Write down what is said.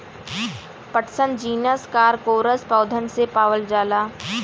पटसन genus Corchorus पौधन से पावल जाला